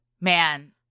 Man